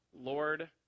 Lord